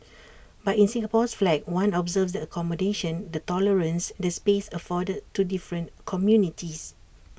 but in Singapore's flag one observes the accommodation the tolerance the space afforded to different communities